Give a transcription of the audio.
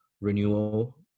renewal